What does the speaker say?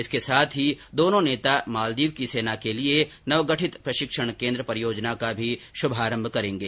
इसके साथ ही दोनो नेता मालदीव की सेना के लिये नवगठित प्रशिक्षण केन्द्र परियोजना का भी शुभारम्भ करेंगे